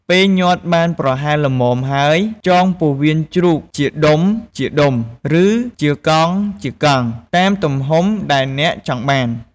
ពេលញាត់បានប្រវែងល្មមហើយ ចងពោះវៀនជ្រូកជាដុំៗ ឬជាកង់ៗ តាមទំហំដែលអ្នកចង់បាន។